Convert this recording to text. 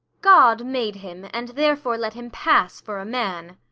god made him, and therefore let him pass for a man.